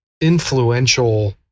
influential